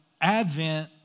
Advent